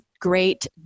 great